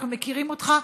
ואנחנו מכירים אותך,